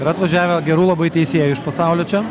yra atvažiavę gerų labai teisėjų iš pasaulio čia